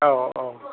औ औ